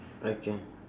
okay